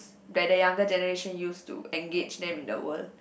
that the younger generation use to engage them in the world